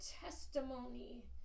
testimony